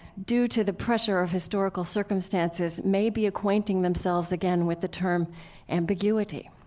due to the pressure of historical circumstances, may be acquainting themselves again with the term ambiguity,